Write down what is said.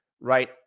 right